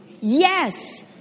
Yes